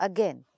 Again